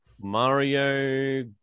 Mario